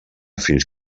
fins